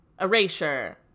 Erasure